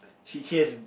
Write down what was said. she has a